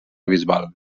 bisbal